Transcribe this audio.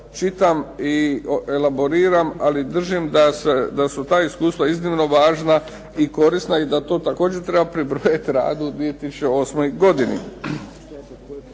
čitam i elaboriram, ali držim da su ta iskustva iznimno važna i korisna i da to također treba pribrojiti razlog 2008. godini.